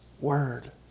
word